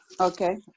Okay